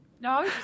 no